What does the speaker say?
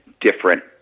different